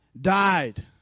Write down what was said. Died